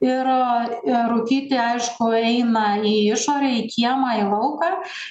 ir ir rūkyti aišku eina į išorę į kiemą į lauką